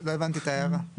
לא הבנתי את ההערה.